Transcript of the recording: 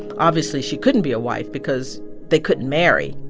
obviously, she couldn't be a wife because they couldn't marry.